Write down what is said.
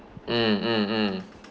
mm mm mm